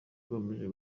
ugamije